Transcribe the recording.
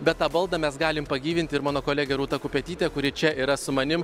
bet tą baldą mes galim pagyvinti ir mano kolegė rūta kupetytė kuri čia yra su manim